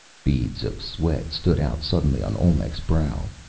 beads of sweat stood out suddenly on olmec's brow.